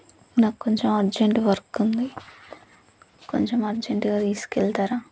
నాక్కొంచెం urgent work ఉంది కొంచెం అర్జెంటుగా తీసుకెళ్తారా